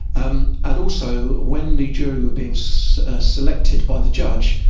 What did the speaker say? um and also, when the jury were being so selected by the judge,